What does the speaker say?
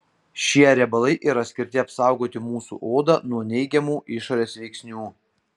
šie riebalai yra skirti apsaugoti mūsų odą nuo neigiamų išorės veiksnių